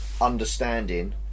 understanding